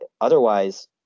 Otherwise